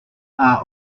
are